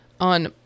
on